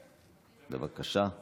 בבקשה,